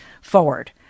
forward